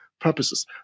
purposes